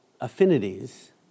affinities